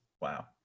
Wow